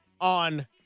on